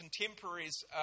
contemporaries